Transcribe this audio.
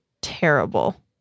terrible